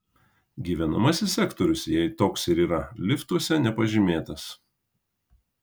gyvenamasis sektorius jei toks ir yra liftuose nepažymėtas